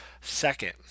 Second